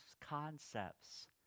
concepts